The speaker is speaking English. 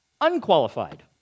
unqualified